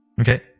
Okay